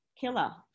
killer